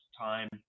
time